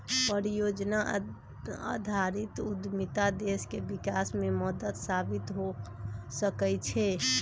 परिजोजना आधारित उद्यमिता देश के विकास में मदद साबित हो सकइ छै